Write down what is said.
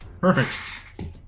Perfect